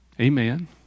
Amen